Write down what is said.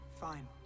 Fine